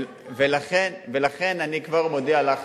ולכן אני כבר מודיע לך